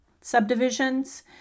subdivisions